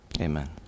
amen